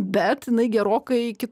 bet jinai gerokai iki